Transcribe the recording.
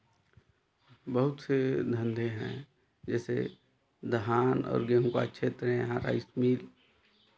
बहुत से धंधे हैं जैसे धान और गेहूँ का क्षेत्र है यहाँ राइस मील